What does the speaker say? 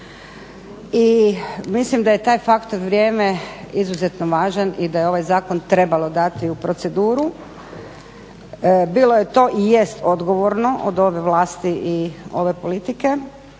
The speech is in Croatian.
i mislim da je taj faktor vrijeme izuzetno važan i da je ovaj zakon trebalo dati u proceduru. Bilo je to i jest odgovorno od ove vlasti i ove politike